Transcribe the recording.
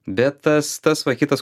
bet tas tas va kitas